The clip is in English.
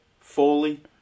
Foley